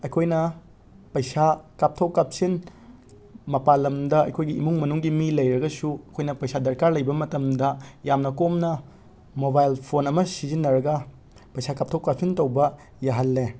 ꯑꯩꯈꯣꯏꯅ ꯄꯩꯁꯥ ꯀꯥꯞꯊꯣꯛ ꯀꯥꯞꯁꯤꯟ ꯃꯄꯥꯟꯂꯝꯗ ꯑꯩꯈꯣꯏꯒꯤ ꯏꯃꯨꯡ ꯃꯅꯨꯡꯒꯤ ꯃꯤ ꯂꯩꯔꯒꯁꯨ ꯑꯩꯈꯣꯏꯅ ꯄꯩꯁꯥ ꯗꯔꯀꯥꯔ ꯂꯩꯕ ꯃꯇꯝꯗ ꯌꯥꯝꯅ ꯀꯣꯝꯅ ꯃꯣꯕꯥꯏꯜ ꯐꯣꯟ ꯑꯃ ꯁꯤꯖꯤꯟꯅꯔꯒ ꯄꯩꯁꯥ ꯀꯥꯞꯊꯣꯛ ꯀꯥꯞꯁꯤꯟ ꯇꯧꯕ ꯌꯥꯍꯜꯂꯦ